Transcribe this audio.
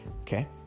Okay